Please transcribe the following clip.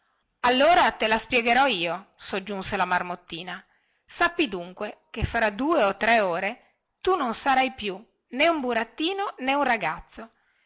allora te la spiegherò io soggiunse la marmottina sappi dunque che fra due o tre ore tu non sarai più burattino né un ragazzo